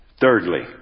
Thirdly